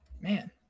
man